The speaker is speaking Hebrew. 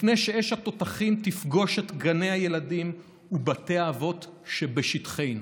לפני שאש התותחים תפגוש את גני הילדים ובתי האבות שבשטחינו.